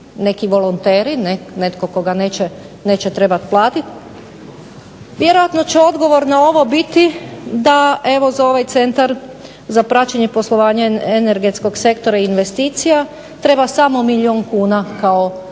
Neki volonteri, netko koga neće trebati platiti? Vjerojatno će odgovor na ovo biti da evo za ovaj Centar za praćenje poslovanja energetskog sektora i investicija treba samo milijun kuna kao